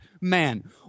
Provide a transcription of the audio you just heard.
man